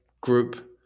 group